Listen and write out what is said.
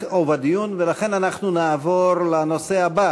לכן אנחנו נעבור לנושא הבא.